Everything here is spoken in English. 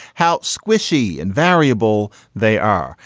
how squishy and variable they are,